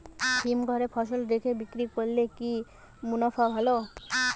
হিমঘরে ফসল রেখে বিক্রি করলে কি মুনাফা ভালো?